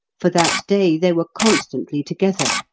for that day they were constantly together,